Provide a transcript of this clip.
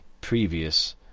previous